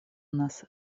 нас